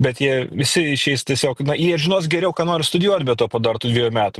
bet jie visi išeis tiesiog jie žinos geriau ką nori studijuot be to po dar tų dviejų metų